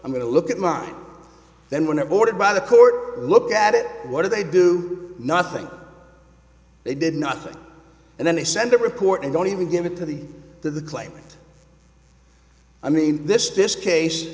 i'm going to look at mine then were ordered by the court look at it what do they do nothing they did nothing and then they send a report and don't even give it to the to the claimant i mean this this case